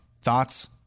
Thoughts